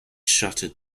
shuttered